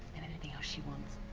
and anything else she wants.